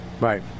Right